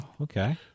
okay